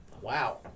Wow